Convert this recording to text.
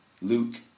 Luke